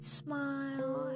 smile